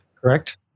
Correct